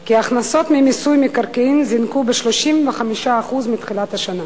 כי ההכנסות ממיסוי מקרקעין זינקו ב-35% מתחילת השנה,